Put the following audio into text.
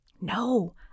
No